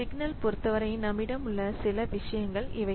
signal பொறுத்தவரை நம்மிடம் உள்ள சில விஷயங்கள் இவை